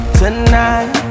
tonight